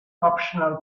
optional